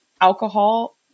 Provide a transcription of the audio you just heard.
alcohol